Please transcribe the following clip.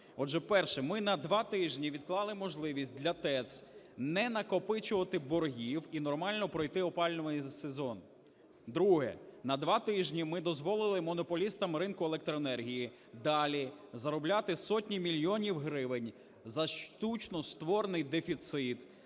Отже, перше. Ми на два тижні відклали можливість для ТЕЦ не накопичувати боргів і нормально пройти опалювальний сезон. Друге. На два тижні ми дозволили монополістам ринку електроенергії далі заробляти сотні мільйонів гривень за штучно створений дефіцит